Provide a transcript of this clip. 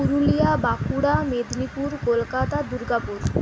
Purulia Bankura Medinipur Kolkata Durgapur